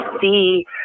see